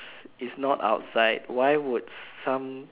it's not outside why would some